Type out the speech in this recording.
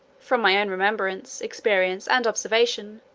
from my own remembrance, experience, and observation,